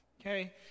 Okay